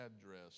address